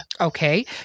Okay